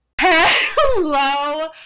hello